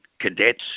cadets